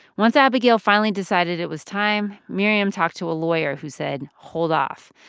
once abigail finally decided it was time, miriam talked to a lawyer who said hold off.